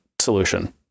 solution